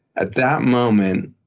at that moment,